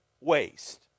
waste